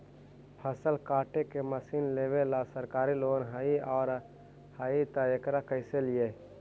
फसल काटे के मशीन लेबेला सरकारी लोन हई और हई त एकरा कैसे लियै?